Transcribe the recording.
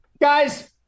Guys